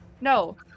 No